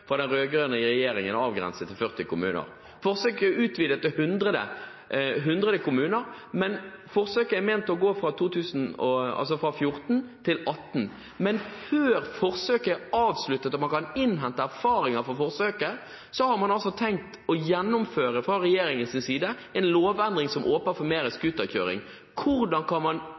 fra den rød-grønne regjeringen ment som et forsøk, avgrenset til 40 kommuner. Forsøket er utvidet til 100 kommuner, men forsøket er ment å gå fra 2014 til 2018. Men før forsøket er avsluttet og man kan innhente erfaringer fra forsøket, har man fra regjeringens side tenkt å gjennomføre en lovendring som åpner for mer scooterkjøring. Hvordan kan man